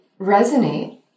resonate